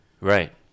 Right